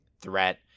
threat